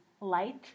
light